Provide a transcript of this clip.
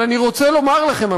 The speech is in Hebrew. אבל אני רוצה לומר לכם,